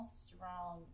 strong